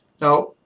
Now